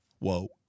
woke